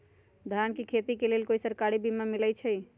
धान के खेती के लेल कोइ सरकारी बीमा मलैछई?